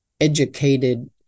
educated